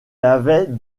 avait